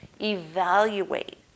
evaluate